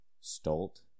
Stolt